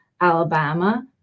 Alabama